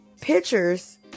pictures